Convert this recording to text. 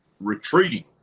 retreating